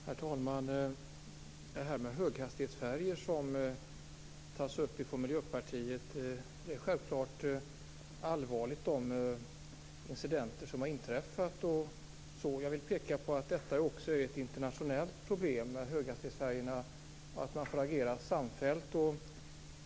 Herr talman! Miljöpartiet tar upp höghastighetsfärjorna. Det är självfallet allvarligt att det har inträffat incidenter. Jag vill peka på att höghastighetsfärjorna också är ett internationellt problem. Man får agera samfällt.